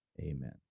Amen